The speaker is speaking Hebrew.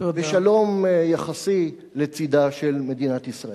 בשלום יחסי לצדה של מדינת ישראל.